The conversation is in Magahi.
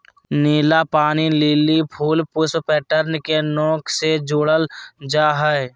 नीला पानी लिली फूल पुष्प पैटर्न के नोक से जुडल रहा हइ